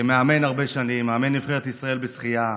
כמאמן הרבה שנים, מאמן נבחרת בישראל בשחייה,